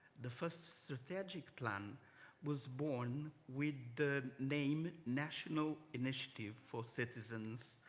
the first strategic plan was born with the name national initiative for citizens